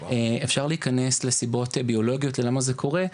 אפשר להיכנס לסיבות ביולוגיות למה זה קורה,